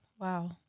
wow